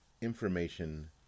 information